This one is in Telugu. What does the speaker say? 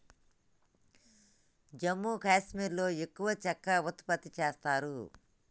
జమ్మూ కాశ్మీర్లో ఎక్కువ చెక్క ఉత్పత్తి చేస్తారు